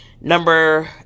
Number